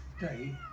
day